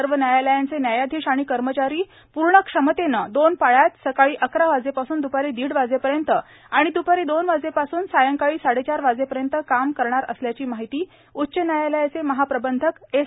सर्व न्यायालयांचे न्यायाधीश आणि कर्मचारी पूर्ण क्षमतेनं दोन पाळ्यांत सकाळी अकरा वाजेपासून द्पारी दीड वाजेपर्यंत आणि द्पारी दोन वाजेपासून ते सायंकाळी साडेचार वाजेपर्यंत काम करणार असल्याची माहिती उच्च न्यायालयाचे महाप्रबंधक एस